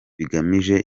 bigamije